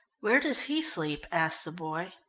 where does he sleep? asked the boy.